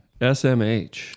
SMH